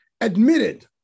admitted